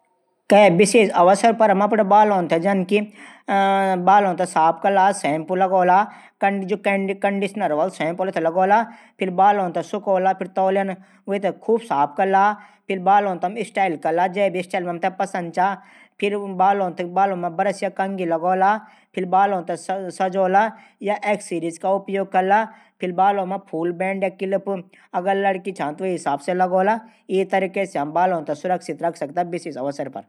कै विशेष अवसर पर हम अपड बालों थै अचछू से धो ला शैम्पू लगोला। कंडीशनर वालू शैम्पू प्रयोग करला। फिर बालों थै सुखोला फिर जैल लगोला। फिर बालों थै जै भी स्टाइल मा धुमाण चांणा छा वन बणे सकदा। हम एकसीरीज का उपयोग भी कै सकदा। ये तरीका से हम बालो थै सुरक्षित भी रख सकदा